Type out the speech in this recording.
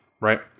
Right